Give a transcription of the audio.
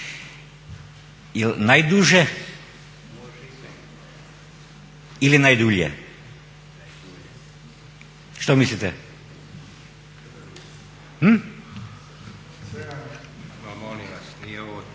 najduže ili najdulje? Što mislite? … /Upadica se